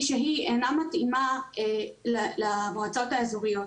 שהיא אינה מתאימה למועצות האזוריות.